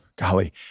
Golly